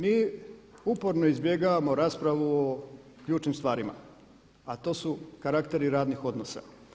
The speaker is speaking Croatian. Mi uporno izbjegavamo raspravu o ključnim stvarima, a to su karakteri radnih odnosa.